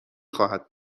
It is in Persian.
خواهد